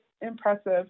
impressive